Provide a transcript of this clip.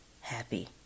happy